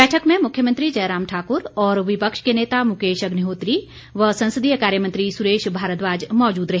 बैठक में मुख्यमंत्री जयराम ठाकुर और विपक्ष के नेता मुकेश अग्निहोत्री व संसदीय कार्यमंत्री सुरेश भारद्वाज मौजूद रहे